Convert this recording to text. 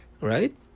right